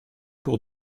pour